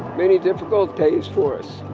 many difficult days for us.